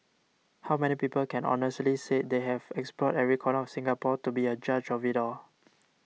how many people can honestly say they have explored every corner of Singapore to be a judge of it all